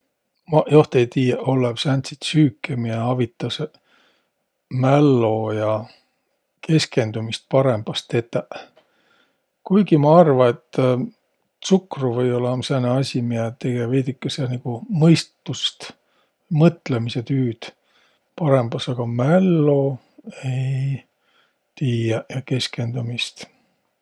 Maq joht ei tiiäq ollõv sääntsit süüke, miä avitasõq mällo ja keskendümist parõmbas tetäq. Kuigi ma arva, et tsukru või-ollaq um sääne asi, miä tege veidükese nigu mõistust, mõtlõmisõ tüüd parõmbas. Aga mällo, ei tiiäq, ja keskendümist.